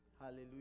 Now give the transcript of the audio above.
Hallelujah